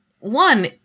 One